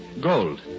Gold